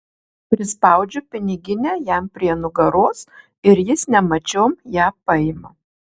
prispaudžiu piniginę jam prie nugaros ir jis nemačiom ją paima